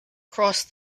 crossed